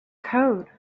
code